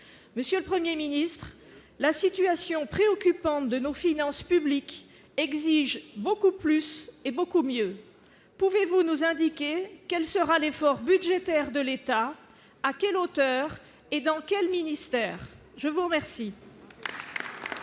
monsieur le 1er ministre la situation préoccupante de nos finances publiques exige beaucoup plus et beaucoup mieux, pouvez-vous nous indiquer quelle sera l'effort budgétaire de l'État, à quelle hauteur et dans quel ministère, je vous remercie.